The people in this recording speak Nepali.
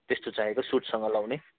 त्यस्तो चाहिएको सुटसँग लगाउने